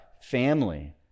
family